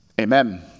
amen